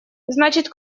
значит